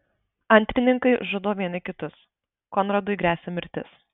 antrininkai žudo vieni kitus konradui gresia mirtis